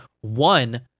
one